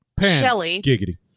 Shelly